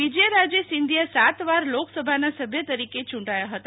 વિજયારાજે સિંધિયા સાત વાર લોકસભાના સભ્ય તરીકે યુંટાયા હતા